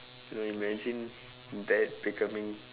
you imagine that becoming